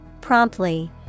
Promptly